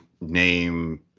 name